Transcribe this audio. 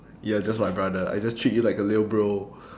you're just my brother I just treat you like a little bro